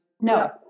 No